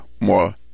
more